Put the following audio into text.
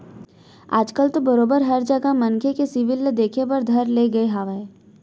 आज कल तो बरोबर हर जघा मनखे के सिविल ल देखे बर धर ले गे हावय